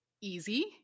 easy